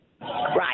Right